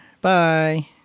Bye